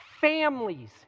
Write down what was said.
families